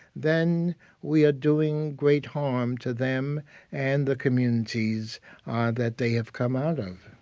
then we are doing great harm to them and the communities that they have come out of